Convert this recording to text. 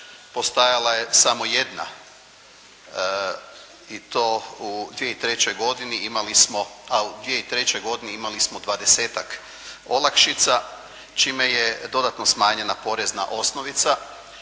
postajala je samo jedna i to u 2003. godini, a u 2003. godini imali smo dvadesetak olakšica čime je dodatno smanjena porezna osnovica.